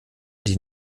die